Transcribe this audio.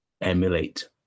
emulate